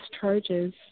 charges